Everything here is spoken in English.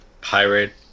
pirate